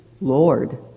Lord